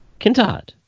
Kintad